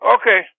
Okay